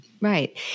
right